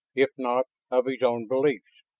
if not of his own beliefs.